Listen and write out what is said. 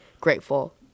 grateful